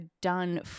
done